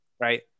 right